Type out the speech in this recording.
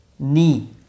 Knee